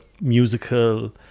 musical